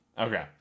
Okay